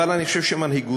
אבל אני חושב שמנהיגות,